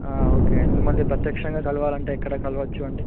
okay అండి మళ్ళీ ప్రత్యక్షంగా కలవాలి అంటే ఎక్కడ కలవచ్చు అండి